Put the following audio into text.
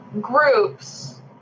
groups